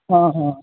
हाँ हाँ